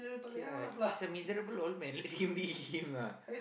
ya he's a miserable old man can be him lah